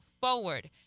forward